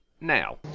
now